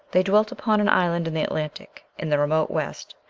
they dwelt upon an island in the atlantic, in the remote west.